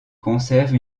conserve